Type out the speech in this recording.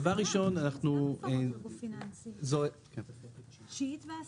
לא קראנו את התוספת התשיעית והעשירית.